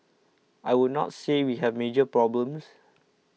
I would not say we have major problems